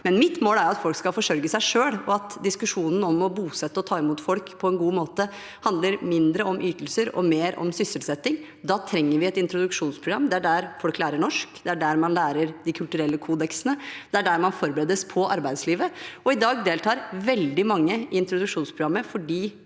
imidlertid at folk skal forsørge seg selv, og at diskusjonen om å bosette og ta imot folk på en god måte handler mindre om ytelser og mer om sysselsetting. Da trenger vi et introduksjonsprogram. Det er der folk lærer norsk. Det er der man lærer de kulturelle kodeksene. Det er der man forberedes på arbeidslivet. I dag deltar veldig mange i introduksjonsprogrammet fordi